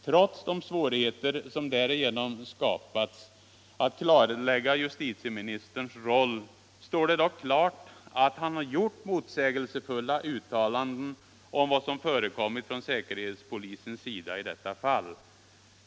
Trots de svårigheter som därigenom skapats att klarlägga justitieministerns roll står det dock klart att han gjort motsägelsefulla uttalanden om vad som förekommit från säkerhetspolisens sida i detta fall.